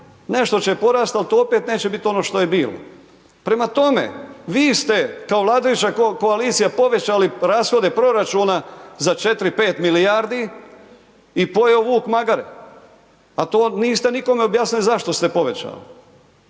Nešto će porati, ali to opet neće biti ono što je bilo. Prema tome, vi ste, kao vladajuća koalicija, povećali rashode proračuna za 4,5 milijardi i pojeo vuk magare, a to niste nikome objasnili zašto se povećali.